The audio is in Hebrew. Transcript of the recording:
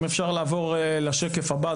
אם אפשר לעבור לשקף הבא.